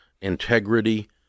integrity